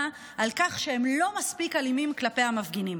על כך שהם לא מספיק אלימים כלפי המפגינים,